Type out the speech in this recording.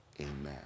Amen